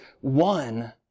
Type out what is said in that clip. one